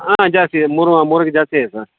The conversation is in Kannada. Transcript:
ಹಾಂ ಜಾಸ್ತಿ ಇದೆ ಮೂರು ಮೂರಕ್ಕಿಂತ ಜಾಸ್ತಿಯೇ ಇದೆ ಸರ್